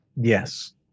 yes